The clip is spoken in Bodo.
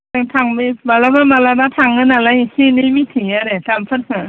जों थांबोयो माब्लाबा माब्लाबा थाङो नालाय एसे एनै मिथियो आरो दामफोरखौ